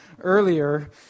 earlier